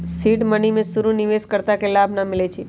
seed money में शुरु में निवेश कर्ता के लाभ न मिलै छइ